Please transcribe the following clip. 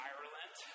Ireland